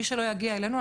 מי שלא יגיע אלינו,